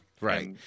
right